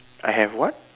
I have what